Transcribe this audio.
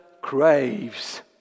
craves